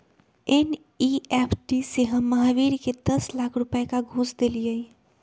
NEFT से हम महावीर के दस लाख रुपए का घुस देलीअई